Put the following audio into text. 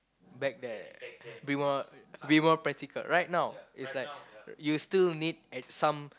back there a bit more a bit more practical right now is that you still need at some